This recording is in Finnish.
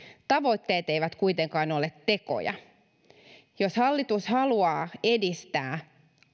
tavoitteet eivät kuitenkaan ole tekoja jos hallitus haluaa edistää